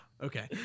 okay